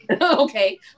okay